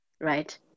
right